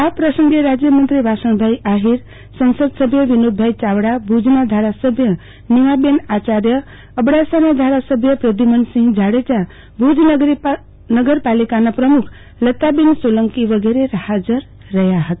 આ પ્રસંગે રાજયમંત્રી વાસણભાઈ આહોર સંસદસભ્ય વિનોદભાઈ ચાવડા ભુજના ધારાસભ્ય નીમાબેન આચાર્યઅબડાસાના ધારાસભ્ય પ્રધ્યુમનસિંહ જાડજા ભુજ નગરપાલિકા ના પ્રમુખ લતાબેન સોલંકો વગેરે હાજર રહયા હતા